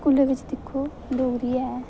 ते स्कूलें बिच दिक्खो डोगरी ऐ